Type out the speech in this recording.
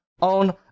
on